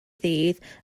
ddydd